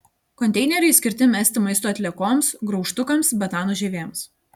konteineriai skirti mesti maisto atliekoms graužtukams bananų žievėms